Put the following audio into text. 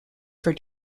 for